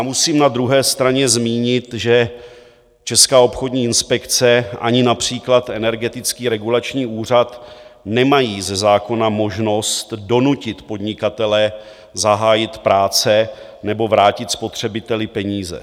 Musím na druhé straně zmínit, že Česká obchodní inspekce ani například Energetický regulační úřad nemají ze zákona možnost donutit podnikatele zahájit práce nebo vrátit spotřebiteli peníze.